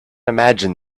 imagine